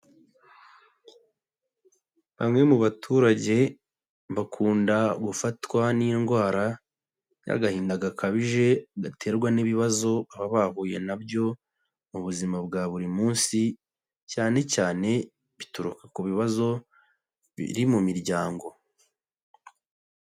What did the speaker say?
Bamwe mu baturage bakunda gufatwa n'indwara y'agahinda gakabije gaterwa n'ibibazo baba bahuye na byo mu buzima bwa buri munsi, cyane cyane bituruka ku bibazo biri mu miryango.